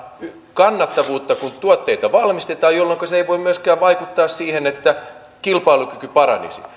kannattavuutta kun tuotteita valmistetaan jolloinka se ei voi myöskään vaikuttaa siihen että kilpailukyky paranisi